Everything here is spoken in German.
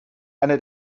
eine